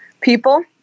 people